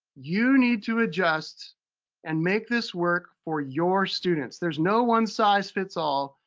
you need to adjust and make this work for your students. there's no one size fits all.